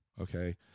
okay